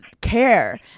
care